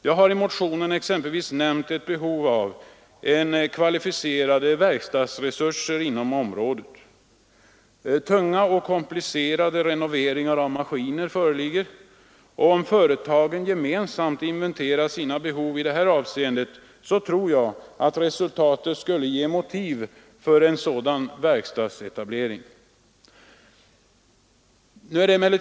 Jag har i motionen exempelvis nämnt ett eventuellt behov av kvalificerade verkstadsresurser på området. Behov av tunga och ofta komplicerade renoveringar av maskiner föreligger. Om företagen gemensamt inventerar sina behov i detta avseende, så tror jag att resultatet skulle ge motiv för en sådan verkstadsetablering.